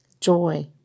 Joy